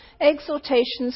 exhortations